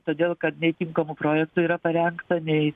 todėl kad bei tinkamų projektų yra parengta nei